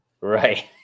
right